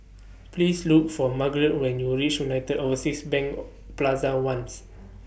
Please Look For Margret when YOU REACH United Overseas Bank Plaza Ones